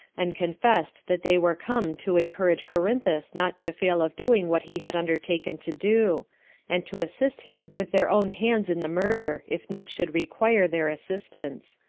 and confessed that they were come to encourage corinthus not to fail of doing what he had undertaken to do and to assist him with their own hands in the murder, if need should require their assistance.